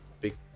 big